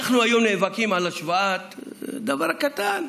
אנחנו היום נאבקים על דבר קטן,